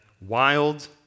wild